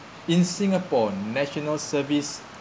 in singapore national service